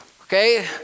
okay